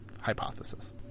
hypothesis